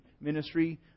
ministry